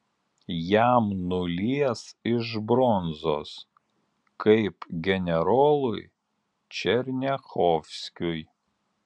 jam nulies iš bronzos kaip generolui černiachovskiui